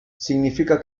significa